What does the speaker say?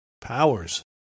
powers